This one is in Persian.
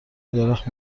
درخت